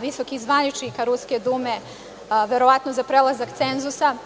visokih zvaničnika Ruske Dume, verovatno za prelazak cenzusa,